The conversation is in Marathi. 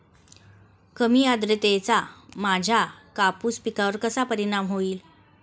कमी आर्द्रतेचा माझ्या कापूस पिकावर कसा परिणाम होईल?